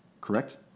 Correct